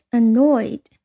annoyed